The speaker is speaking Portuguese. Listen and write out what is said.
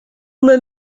uma